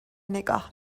نگاه